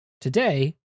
Today